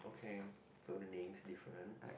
okay so the name's different